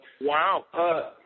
Wow